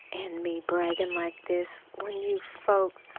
an' me braggin' like this, when you folks!